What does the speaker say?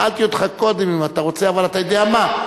שאלתי אותך קודם אם אתה רוצה, אבל אתה יודע מה?